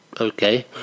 Okay